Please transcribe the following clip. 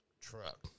truck